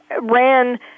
ran